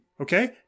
Okay